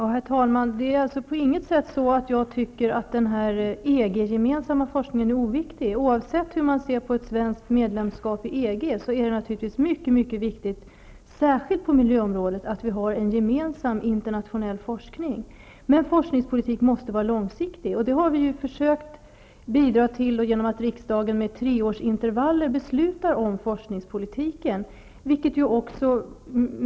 Herr talman! Jag tycker på intet sätt att den här EG-gemensamma forskningen är oviktig. Oavsett hur man ser på ett svenskt medlemskap i EG är det naturligtvis mycket viktigt, särskilt på miljöområdet, att vi har en gemensam internationell forskning. Men forskningspolitik måste vara långsiktig. Det har vi ju försökt bidra till genom att riksdagen med treårsintervaller beslutar om forskningspolitiken.